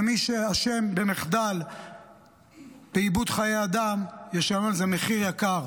ומי שאשם במחדל באיבוד חיי אדם ישלם על זה מחיר יקר.